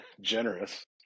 generous